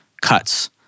cuts